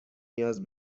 نیاز